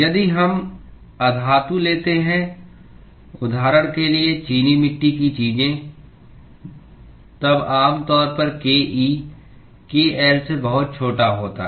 यदि हम अधातु लेते हैं उदाहरण के लिए चीनी मिट्टी की चीज़ें तब आमतौर पर ke kl से बहुत छोटा होता है